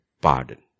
pardon